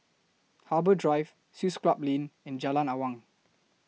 Harbour Drive Swiss Club Lane and Jalan Awang